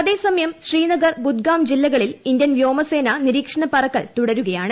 അതേസമയം ശ്രീനഗർ ബുദ്ഗാം ജില്ലകളിൽ ഇന്ത്യൻ വ്യോമസേന നിരീക്ഷണ പറക്കൽ തുടരുകയാണ്